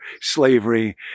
slavery